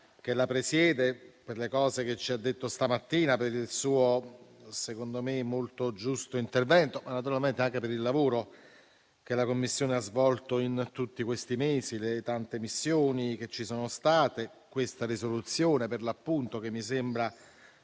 che la presiede per le cose che ci ha detto stamattina, per il suo, secondo me, molto giusto intervento e naturalmente anche per il lavoro che la Commissione ha svolto in tutti questi mesi, per le tante missioni che ha svolto e per questa risoluzione, per l'appunto, che mi sembra